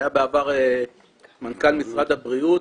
היה בעבר מנכ"ל משרד הבריאות,